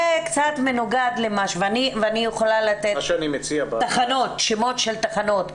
אני יכולה לתת שמות של תחנות משטרה.